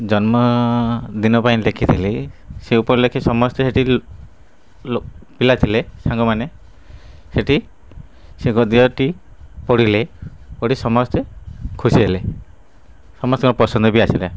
ଜନ୍ମଦିନ ପାଇଁ ଲେଖିଥିଲି ସେ ଉପରେ ଲେଖି ସମସ୍ତେ ସେଇଠି ଲୋ ପିଲା ଥିଲେ ସାଙ୍ଗମାନେ ସେଇଠି ସେ ଗଦ୍ୟ ଟି ପଢ଼ିଲେ ପଢ଼ି ସମସ୍ତେ ଖୁସି ହେଲେ ସମସ୍ତିଙ୍କ ପସନ୍ଦ ବି ଆସିଲା